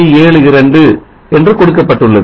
72 என்று கொடுக்கப்பட்டுள்ளது